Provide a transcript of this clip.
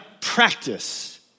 practice